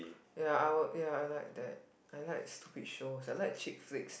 ya I would ya I like that I like stupid shows I like cheap flicks